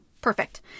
perfect